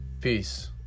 peace